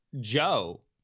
Joe